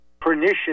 pernicious